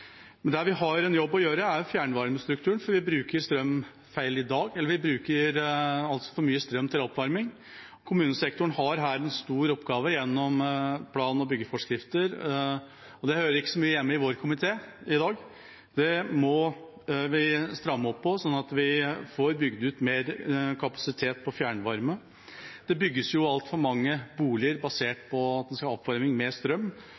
Men der vi har en jobb å gjøre, er fjernvarmestrukturen, for vi bruker strøm feil i dag, eller vi bruker altfor mye strøm til oppvarming. Kommunesektoren har her en stor oppgave gjennom plan- og byggeforskrifter – det hører ikke så mye hjemme i vår komité i dag. Det må vi stramme opp, sånn at vi får bygd ut mer kapasitet på fjernvarme. Det bygges altfor mange boliger basert på at man skal ha oppvarming med strøm,